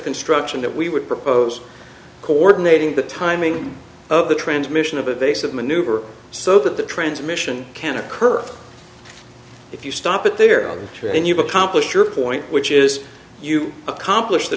construction that we would propose coordinating the timing of the transmission of a vase of maneuver so that the transmission can occur if you stop it there are trained you've accomplished your point which is you accomplish the